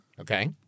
Okay